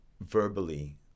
verbally